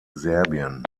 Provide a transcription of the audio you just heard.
serbien